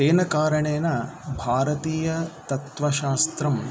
तेन कारणेन भारतीयतत्त्वशास्त्रं